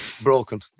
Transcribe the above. broken